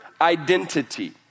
identity